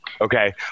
Okay